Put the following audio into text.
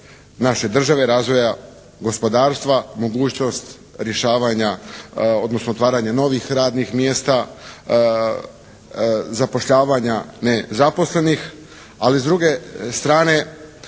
naše države, razvoja gospodarstva, mogućnost rješavanja odnosno otvaranja novih radnih mjesta, zapošljavanja nezaposlenih. Ali s druge strane,